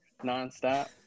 nonstop